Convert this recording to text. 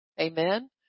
Amen